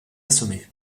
assommé